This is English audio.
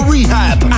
Rehab